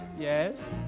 Yes